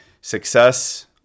success